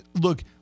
look